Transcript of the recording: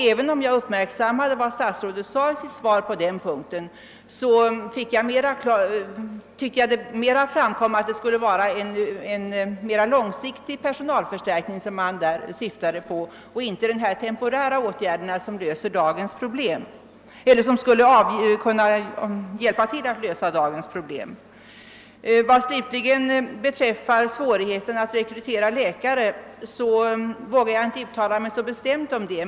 även om jag uppmärksammade vad statsrådet sade i sitt svar på den punkten fick jag den uppfattningen att man syftade till en mera långsiktig personalförstärkning och inte till dessa temporära åtgärder som skulle kunna hjälpa till att lösa dagens problem. Vad slutligen beträffar svårigheterna att rekrytera läkare vågar jag inte uttala mig så bestämt om detta.